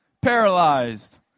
paralyzed